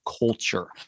culture